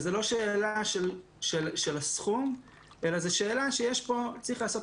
זאת לא שאלה של הסכום אלא זאת שאלה שצריך לעשות